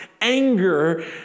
anger